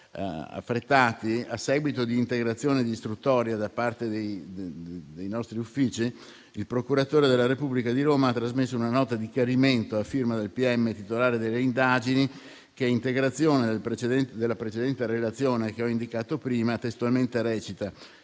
a seguito di integrazione di istruttoria da parte dei nostri uffici, il procuratore della Repubblica di Roma ha trasmesso una "nota di chiarimento" a firma del pm titolare delle indagini, che, a integrazione della precedente relazione che ho indicato prima, testualmente recita